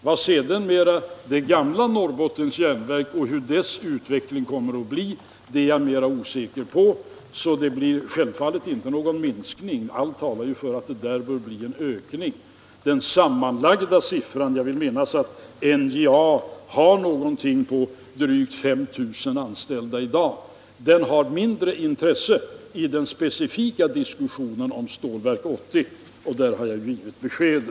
Hur utvecklingen för det gamla Norrbottens Järnverk kommer att bli är jag mera osäker på. Det blir självfallet icke någon minskning, utan allt talar för att det blir en ökning. Den totala summan -— jag vill minnas att NJA har drygt 5 000 anställda i dag — har mindre intresse i den specifika diskussionen om Stålverk 80, och där har jag givit besked.